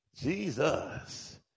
Jesus